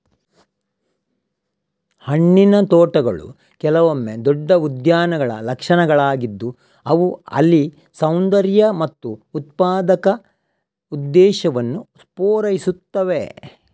ಹಣ್ಣಿನ ತೋಟಗಳು ಕೆಲವೊಮ್ಮೆ ದೊಡ್ಡ ಉದ್ಯಾನಗಳ ಲಕ್ಷಣಗಳಾಗಿದ್ದು ಅವು ಅಲ್ಲಿ ಸೌಂದರ್ಯ ಮತ್ತು ಉತ್ಪಾದಕ ಉದ್ದೇಶವನ್ನು ಪೂರೈಸುತ್ತವೆ